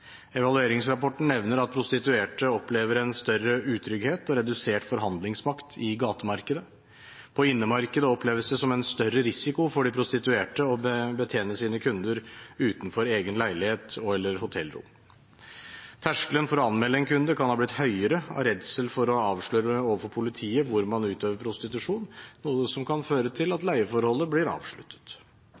Evalueringsrapporten nevner at prostituerte opplever en større utrygghet og redusert forhandlingsmakt i gatemarkedet. På innemarkedet oppleves det som en større risiko for de prostituerte å betjene sine kunder utenfor egen leilighet og/eller hotellrom. Terskelen for å anmelde en kunde kan ha blitt høyere av redsel for å avsløre overfor politiet hvor man utøver prostitusjon, noe som kan føre til at leieforholdet blir avsluttet.